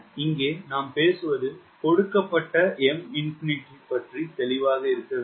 இங்கே நாம் பேசுவது கொடுக்கப்பட்ட Minfinity பற்றி தெளிவாக இருக்க வேண்டும்